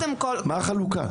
מה החלוקה?